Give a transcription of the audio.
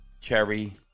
cherry